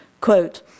quote